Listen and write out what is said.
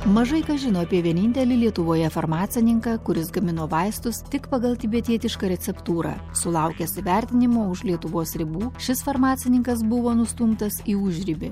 mažai kas žino apie vienintelį lietuvoje farmacininką kuris gamino vaistus tik pagal tibetietišką receptūrą sulaukęs įvertinimo už lietuvos ribų šis farmacininkas buvo nustumtas į užribį